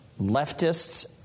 leftists